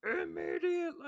immediately